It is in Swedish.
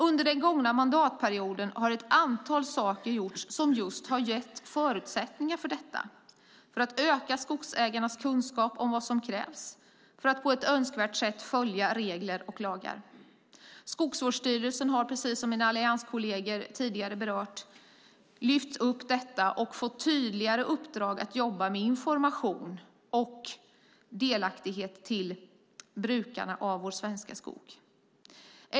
Under den gångna mandatperioden har mycket gjorts som har gett förutsättningar för att öka skogsägarnas kunskap om vad som krävs för att på ett önskvärt sätt följa regler och lagar. Skogsvårdsstyrelsen har, precis som mina allianskolleger tidigare berört, lyft upp detta och fått tydligare uppdrag att jobba med information till brukarna av den svenska skogen.